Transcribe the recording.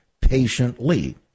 patiently